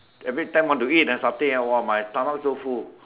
everytime want to eat ah satay !wah! my stomach so full